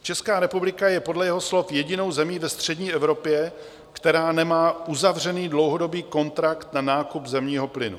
Česká republika je podle jeho slov jedinou zemí ve střední Evropě, která nemá uzavřený dlouhodobý kontrakt na nákup zemního plynu.